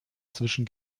zwischen